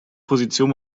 position